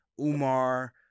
Umar